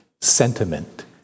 sentiment